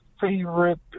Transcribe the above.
favorite